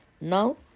Now